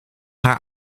haar